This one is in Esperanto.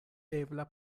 ebla